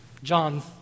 John